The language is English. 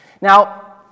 Now